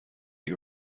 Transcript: you